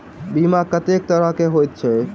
बीमा कत्तेक तरह कऽ होइत छी?